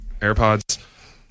airpods